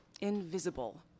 Invisible